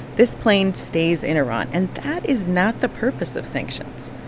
this plane stays in iran, and that is not the purpose of sanctions.